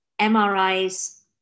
MRIs